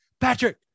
Patrick